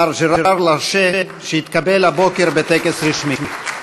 מר ז'ראר לארשה, שהתקבל הבוקר בטקס רשמי.